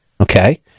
Okay